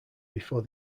before